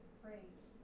praise